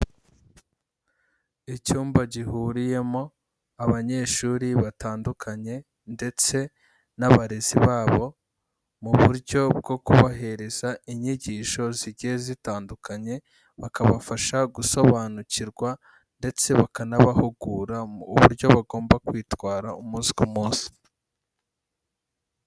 Icyumba gihuriyemo abanyeshuri batandukanye ndetse n'abarezi babo mu buryo bwo kubahereza inyigisho zigiye zitandukanye, bakabafasha gusobanukirwa ndetse bakanabahugura mu buryo bagomba kwitwara umunsi ku munsi.